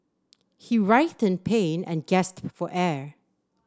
he writhed in pain and gasped for air